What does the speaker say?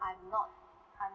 I'm not I'm